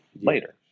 later